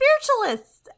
spiritualists